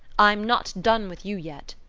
i'm not done with you yet,